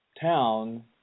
town